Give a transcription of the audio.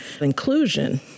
inclusion